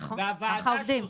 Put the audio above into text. נכון, ככה עובדים.